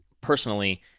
personally